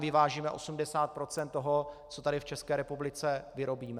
Vyvážíme tam 80 % toho, co tady v České republice vyrobíme.